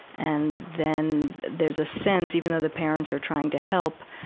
and then there's a sense, even though the parents are trying to help,